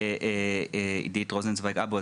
עידית רוזנצויג אבו,